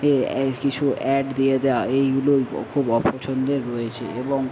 এ অ্যা কিছু অ্যাড দিয়ে দেওয়া এইগুলোই খু খুব অপছন্দের রয়েছে এবং